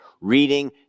reading